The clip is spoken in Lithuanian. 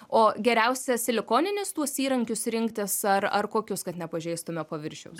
o geriausia silikoninius tuos įrankius rinktis ar ar kokius kad nepažeistume paviršiaus